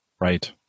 Right